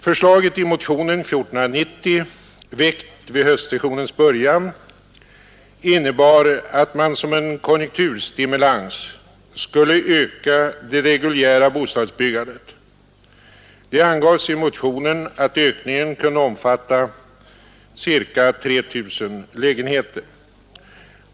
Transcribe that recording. Förslaget i motionen 1490 — väckt vid höstsessionens början — innebar att man som en konjunkturstimulans skulle öka det reguljära bostadsbyggandet. Det angavs i motionen att ökningen kunde omfatta ca 3 000 lägenheter.